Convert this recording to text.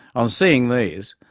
on seeing these,